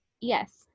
yes